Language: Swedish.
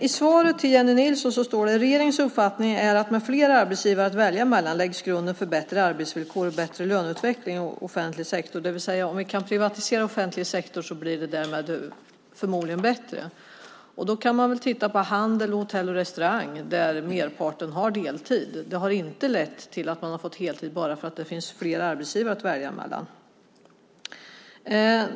I svaret till Jennie Nilsson sägs att "regeringens uppfattning är att med fler arbetsgivare att välja mellan läggs grunden för bättre arbetsvillkor och bättre löneutveckling i offentlig sektor", det vill säga om vi privatiserar offentlig sektor blir det förmodligen bättre. Man kan titta på handels och hotell och restaurangbranschen där merparten har deltid. Det har inte lett till att de fått heltid bara för att det finns fler arbetsgivare att välja mellan.